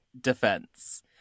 defense